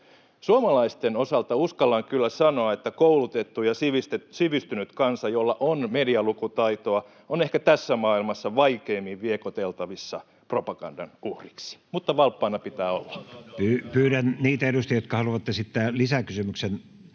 Suomalaisten osalta uskallan kyllä sanoa, että koulutettu ja sivistynyt kansa, jolla on medialukutaitoa, on ehkä tässä maailmassa vaikeimmin viekoiteltavissa propagandan uhriksi, mutta valppaana pitää olla. [Välihuuto perussuomalaisten